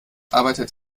arbeitet